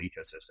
ecosystem